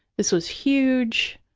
this was huge.